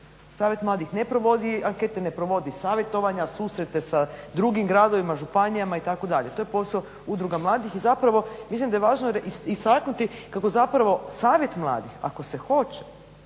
Savjet mladih ne provodi ankete, ne provodi savjetovanja, susrete sa drugim gradovima, županijama itd. to je posao udruga mladih. I zapravo mislim da je važno istaknuti kako savjet mladih ako se hoće